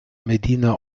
medina